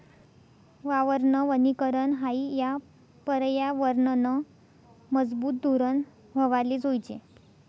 वावरनं वनीकरन हायी या परयावरनंनं मजबूत धोरन व्हवाले जोयजे